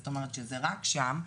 זאת אומרת, שזה רק שם.